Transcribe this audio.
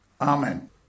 Amen